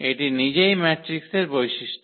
এটি নিজেই ম্যাট্রিক্সের বৈশিষ্ট্য